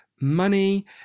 money